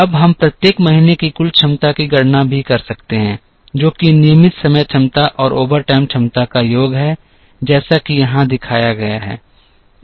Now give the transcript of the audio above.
अब हम प्रत्येक महीने में कुल क्षमता की गणना भी कर सकते हैं जो कि नियमित समय क्षमता और ओवरटाइम क्षमता का योग है जैसा कि यहां दिखाया गया है